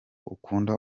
ukunda